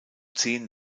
zehn